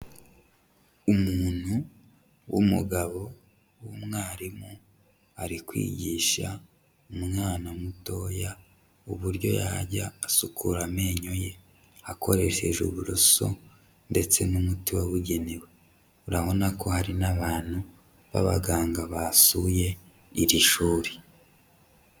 Umuntu w'umugabo w'umwarimu, ari kwigisha umwana mutoya uburyo yajya asukura amenyo ye akoresheje uburoso ndetse n'umuti wabugenewe, urabona ko hari n'abantu b'abaganga basuye iri shuri.